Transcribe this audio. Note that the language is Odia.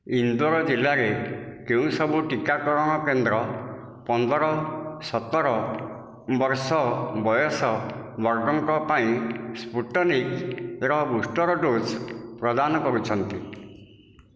ଇନ୍ଦୋର ଜିଲ୍ଲାରେ କେଉଁ ସବୁ ଟିକାକରଣ କେନ୍ଦ୍ର ପନ୍ଦର ସତର ବର୍ଷ ବୟସ ବର୍ଗଙ୍କ ପାଇଁ ସ୍ପୁଟନିକ୍ ର ବୁଷ୍ଟର ଡୋଜ୍ ପ୍ରଦାନ କରୁଛନ୍ତି